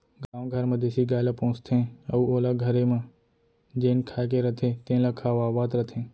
गाँव घर म देसी गाय ल पोसथें अउ ओला घरे म जेन खाए के रथे तेन ल खवावत रथें